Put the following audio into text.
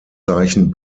zeichen